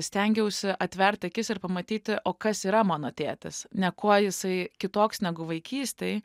stengiausi atvert akis ir pamatyti o kas yra mano tėtis ne kuo jisai kitoks negu vaikystėj